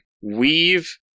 Weave